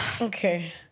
Okay